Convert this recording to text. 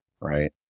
right